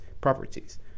properties